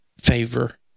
favor